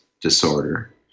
disorder